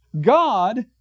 God